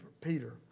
Peter